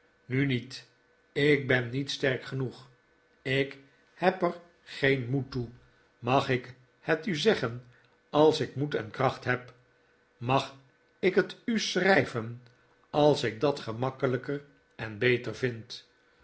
nu nietl ik ben niet sterk genoeg ik heb er geen moed toe mag ik het u zeggen als ik moed en kracht heb mag ik het u schrijven als ik dat gemakkelijker en beter vind